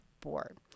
board